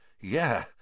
Yeah